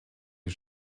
die